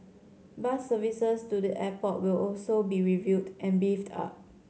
bus services to the airport will also be reviewed and beefed up